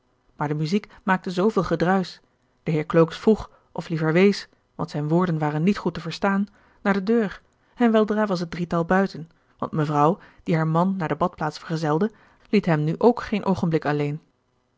maar de muziek maakte zooveel gedruisch de heer klooks vroeg of liever wees want zijne woorden waren niet goed te verstaan naar de deur en weldra was het drietal buiten want mevrouw die haar man naar de badplaats vergezelde liet hem nu ook geen oogenblik alleen